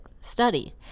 study